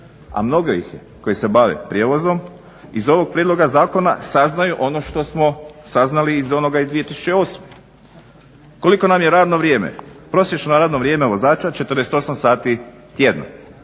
a mnogo ih je koji se bave prijevozom iz ovog prijedloga zakona saznaju ono što smo saznali iz onoga iz 2008. Koliko nam je radno vrijeme? Prosječno radno vrijeme vozača 48 sati tjedno.